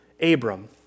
Abram